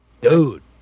dude